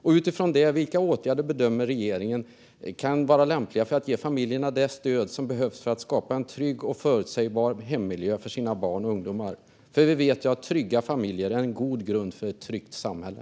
Och utifrån det: Vilka åtgärder bedömer regeringen kan vara lämpliga för att ge familjerna det stöd som de behöver för att skapa en trygg och förutsägbar hemmiljö för sina barn och ungdomar? Vi vet ju att trygga familjer är en god grund för ett tryggt samhälle.